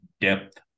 depth